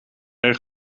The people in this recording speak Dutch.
erg